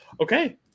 okay